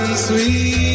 Sweet